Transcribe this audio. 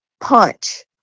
punch